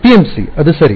PMC ಅದು ಸರಿ